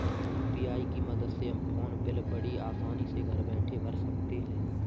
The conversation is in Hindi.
यू.पी.आई की मदद से हम फ़ोन बिल बड़ी आसानी से घर बैठे भर सकते हैं